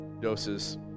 doses